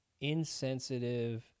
insensitive